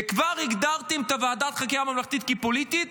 וכבר הגדרתם את ועדת החקירה הממלכתית כפוליטית.